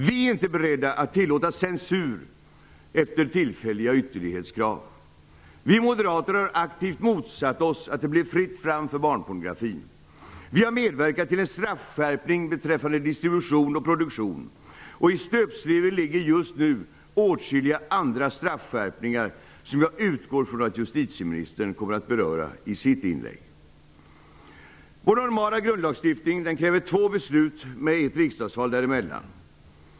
Vi är inte beredda att tillåta censur efter tillfälliga ytterlighetskrav. Vi moderater har aktivt motsatt oss att det blev fritt fram för barnpornografin. Vi har medverkat till en straffskärpning beträffande distribution och produktion. I stöpsleven ligger just nu åtskilliga andra straffskärpningar som jag utgår från att justitieministern kommer att beröra i sitt inlägg. Vår normala grundlagsstiftning kräver två beslut med ett riksdagsval emellan.